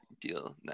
deal